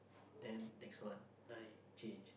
then next one nine change